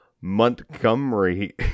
Montgomery